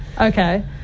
Okay